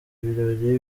ibirori